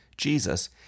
Jesus